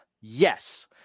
Yes